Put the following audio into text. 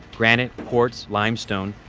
granite, quartz, limestone,